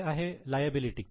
पुढे आहे लायबिलिटी